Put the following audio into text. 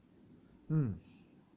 mm